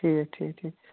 ٹھیٖک ٹھیٖک ٹھیٖک